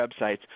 websites